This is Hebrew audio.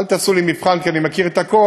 אל תעשו לי מבחן, כי אני מכיר את הכול.